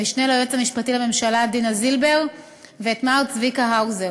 המשנה ליועץ המשפטי לממשלה דינה זילבר ומר צביקה האוזר.